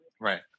right